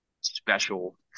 special